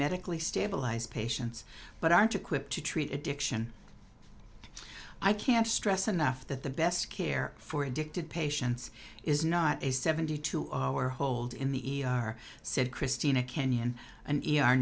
medically stabilize patients but aren't equipped to treat addiction i can't stress enough that the best care for addicted patients is not a seventy two hour hold in the e r said christina kenyon an e